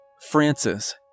Francis